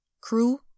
crew